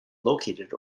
located